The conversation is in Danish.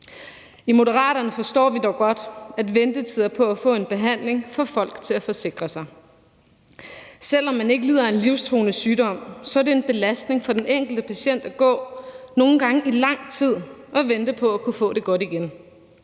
I Moderaterne forstår vi dog godt, at ventetider på at få en behandling får folk til at forsikre sig. Selv om man ikke lider af en livstruende sygdom, er det en belastning for den enkelte patient at gå, nogle gange i lang tid, og vente på at kunne få det godt igen,